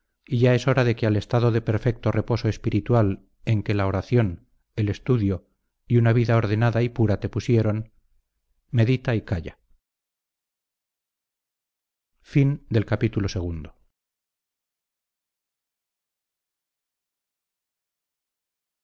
y ya es hora de que al estado de perfecto reposo espiritual en que la oración el estudio y una vida ordenada y pura te pusieron medita y calla